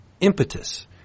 impetus